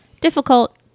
difficult